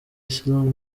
islam